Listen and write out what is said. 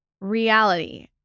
Reality